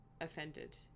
offended